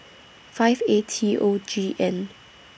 five A T O G N